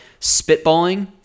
spitballing